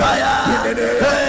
Fire